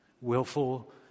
willful